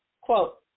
Quote